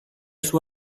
suo